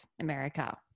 America